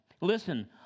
listen